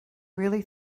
really